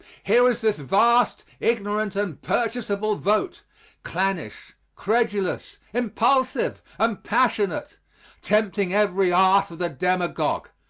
here is this vast ignorant and purchasable vote clannish, credulous, impulsive, and passionate tempting every art of the demagogue,